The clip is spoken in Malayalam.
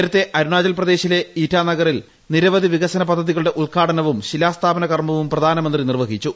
നേരത്തെ അരുണാചൽ പ്രദേശിലെ ഇറ്റാനഗറിൽ നിരവധി വികസന പദ്ധതികളുടെ ഉദ്ഘാടനവും ശിലാസ്ഥാപന കർമ്മവും പ്രധാനമന്ത്രി നിർവ്വഹിച്ചു